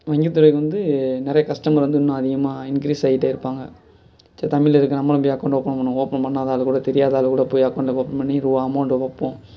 வங்கி துறைக்கு வந்து நிறைய கஸ்டமர் வந்து இன்னும் அதிகமாக இன்க்ரீஸ் ஆகிட்டே இருப்பாங்க சரி தமிழில் இருக்குது நம்மளும் போய் அக்கௌண்டு ஓபன் பண்ணுவோம் ஓபன் பண்ணால்தான் அதுக்கூட தெரியாத ஆளுக்கூடப் போய் அக்கௌண்டு ஓபன் பண்ணி ரூபாய் அமௌண்டு வைப்போம்